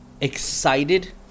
excited